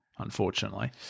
unfortunately